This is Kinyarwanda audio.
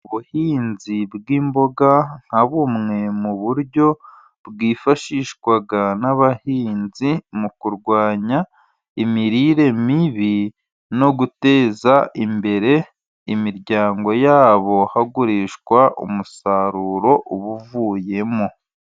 Ubuhinzi bw'imboga nka bumwe mu buryo bwifashishwa n'abahinzi mu kurwanya imirire mibi no guteza imbere imiryango yabo hagurishwa umusaruro ubuvuyemo.